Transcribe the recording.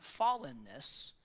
fallenness